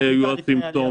מתי היו הסימפטומים,